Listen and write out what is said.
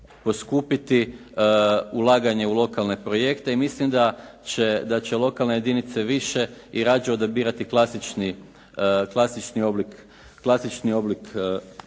poskupiti ulaganja u lokalne projekte i mislim da će lokalne jedinice više i radije odabirati klasični oblik nabave